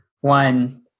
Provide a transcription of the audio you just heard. one